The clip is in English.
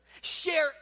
share